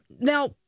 Now